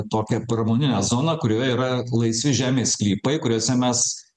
tokią pramoninę zoną kurioje yra laisvi žemės sklypai kuriuose mes